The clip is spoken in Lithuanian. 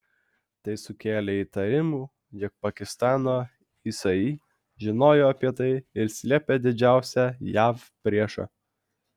tai sukėlė įtarimų jog pakistano isi žinojo apie tai ir slėpė didžiausią jav priešą